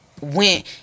went